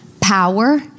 power